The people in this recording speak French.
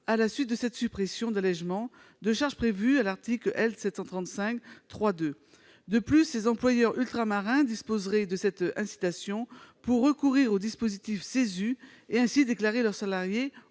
à la suite de cette suppression d'allégements de charges prévues à l'article L. 735-3-2. De plus, ces employeurs ultramarins disposeraient de cette incitation pour recourir au dispositif du CESU et ainsi déclarer leurs salariés